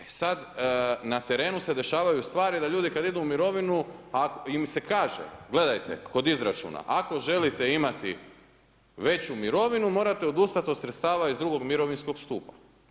E sad, na terenu se dešavaju stvari da ljudi kad idu u mirovinu, ako im se kaže, gledajte, kod izračuna, ako želite imati veću mirovinu morate odustat od sredstava iz drugog mirovinskog stupa.